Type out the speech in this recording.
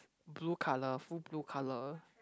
blue colour full blue colour